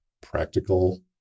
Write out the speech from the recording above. practical